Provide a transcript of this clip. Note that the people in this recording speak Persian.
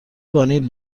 وانیل